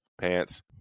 pants